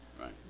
Right